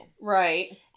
Right